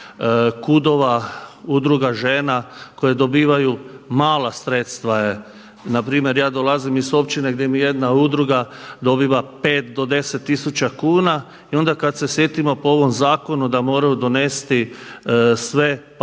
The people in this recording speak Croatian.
KUD-ova, udruga žena koje dobivaju mala sredstva je, npr. ja dolazim iz općine gdje mi jedna udruga dobiva 5 do 10 tisuća kuna. I onda kada se sjetimo po ovom zakonu da moraju donesti sve papire